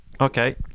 okay